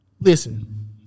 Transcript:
Listen